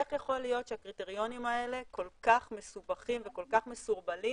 איך יכול להיות שהקריטריונים האלה כל-כך מסובכים וכל-כך מסורבלים